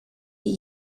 die